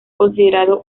considerado